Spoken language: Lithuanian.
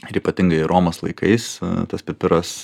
ir ypatingai romos laikais tas pipiras